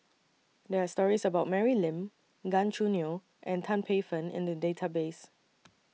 There Are stories about Mary Lim Gan Choo Neo and Tan Paey Fern in The Database